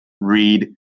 read